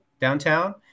downtown